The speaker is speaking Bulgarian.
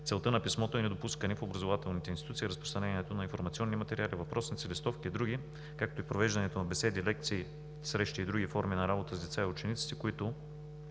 Целта на писмото е: недопускане в образователните институции на разпространението на информационни материали, въпросници, листовки и други, както и провеждането на беседи, лекции, срещи и други форми на работа с деца и ученици, които